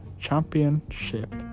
championship